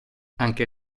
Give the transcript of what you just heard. anche